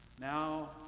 now